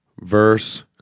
verse